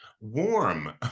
Warm